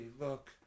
look